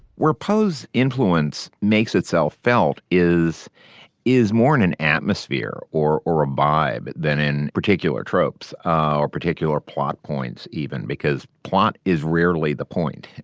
where poe's influence makes itself felt is is more in an atmosphere or or a vibe than in particular tropes ah or particular plot points even because plot is rarely the point.